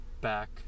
back